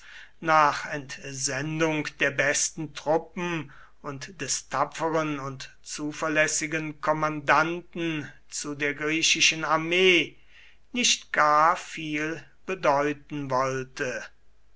nach entsendung der besten truppen und des tapfern und zuverlässigen kommandanten zu der griechischen armee nicht gar viel bedeuten wollte